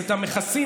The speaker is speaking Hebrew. המכס,